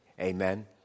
Amen